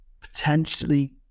potentially